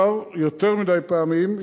יותר מדי פעמים,